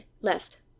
left